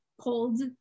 cold